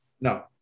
No